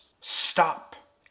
stop